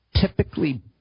Typically